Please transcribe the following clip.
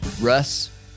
Russ